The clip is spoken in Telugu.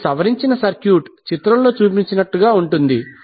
మరియు సవరించిన సర్క్యూట్ చిత్రంలో చూపించినట్టుగా ఉంటుంది